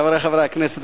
חברי חברי הכנסת,